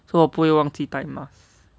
so 我不会忘记戴 mask